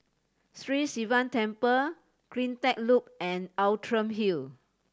Sri Sivan Temple Cleantech Loop and Outram Hill